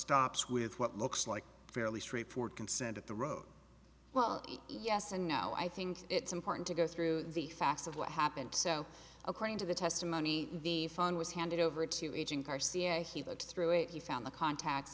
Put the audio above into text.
stops with what looks like fairly straightforward consent at the road well yes and no i think it's important to go through the facts of what happened so according to the testimony the phone was handed over to agent garcia he looked through it he found the contacts